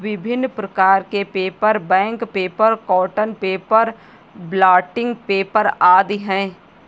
विभिन्न प्रकार के paper, bank paper, cotton paper, blotting paper आदि हैं